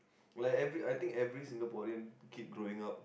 like every I think every Singaporean kid growing up